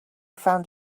found